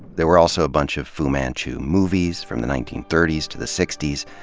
there were also a bunch of fu manchu movies, from the nineteen thirty s to the sixties.